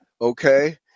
Okay